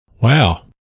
Wow